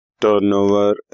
turnover